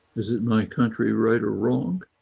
is it my country right or wrong?